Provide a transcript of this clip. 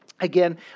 Again